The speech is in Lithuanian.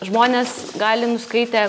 žmonės gali nuskaitę